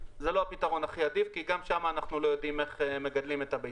זה לא הפתרון הכי עדיף כי גם שם אנחנו לא יודעים איך מגדלים את הביצים.